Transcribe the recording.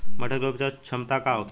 मटर के उपज क्षमता का होखे?